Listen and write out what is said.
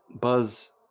Buzz